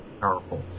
powerful